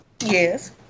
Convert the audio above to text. Yes